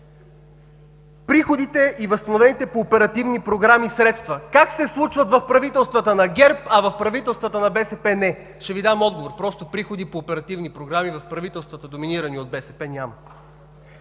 Приходите и възстановените по оперативни програми средства –как се случват в правителствата на ГЕРБ, а в правителствата на БСП – не?! Ще Ви дам отговор. Просто приходи по оперативни програми в правителствата, доминирани от БСП, няма.